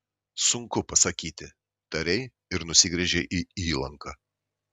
sunku pasakyti tarei ir nusigręžei į įlanką